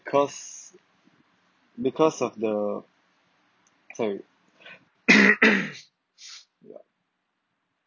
because because of the sorry yup